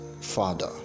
father